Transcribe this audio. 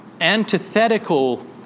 antithetical